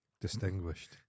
Distinguished